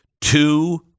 Two